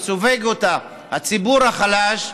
שסופג אותה הציבור החלש,